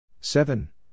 Seven